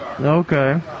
Okay